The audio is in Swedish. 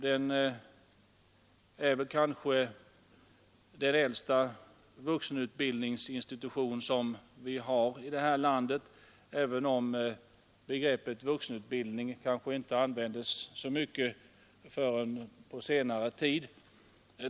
Den är kanske den äldsta vuxenutbildningsinstitution som vi har här i landet, även om begreppet vuxenutbildning inte har använts så mycket förrän på senare tid.